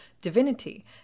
divinity